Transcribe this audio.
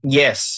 yes